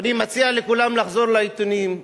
אני מציע לכולם לחזור לעיתונים,